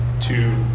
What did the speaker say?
two